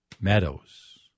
Meadows